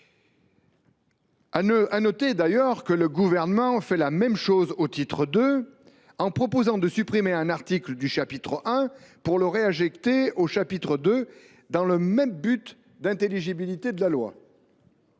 convient de noter que le Gouvernement fait la même chose au titre II en proposant de supprimer un article du chapitre I pour le déplacer au chapitre II, dans le même objectif d’intelligibilité de la loi.